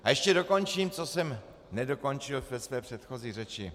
A ještě dokončím, co jsem nedokončil ve své předchozí řeči.